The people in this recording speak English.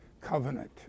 covenant